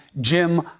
Jim